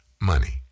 Money